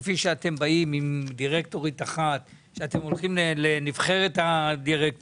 כפי שאתם באים עם דירקטורית אחת ושאתם הולכים לנבחרת הדירקטורים,